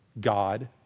God